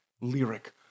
lyric